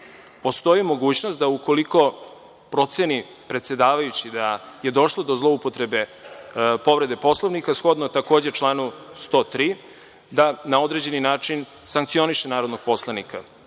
postoji mogućnost da ukoliko proceni predsedavajući da je došlo do zloupotrebe povrede Poslovnika, shodno takođe članu 103. da na određeni način sankcioniše narodnog poslanika.